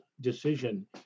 decision